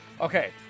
Okay